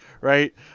right